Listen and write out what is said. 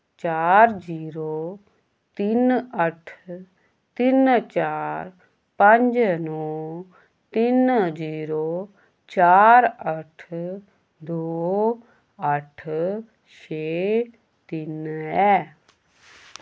चार जीरो तिन्न अट्ठ तिन्न चार पंज नौ तिन्न जीरो चार अट्ठ दो अट्ठ छे तिन्न ऐ